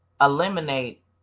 eliminate